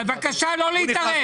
בבקשה לא להתערב.